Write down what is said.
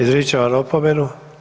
Izričem vam opomenu.